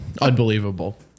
Unbelievable